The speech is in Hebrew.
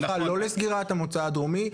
לא לסגירת המוצא הדרומי,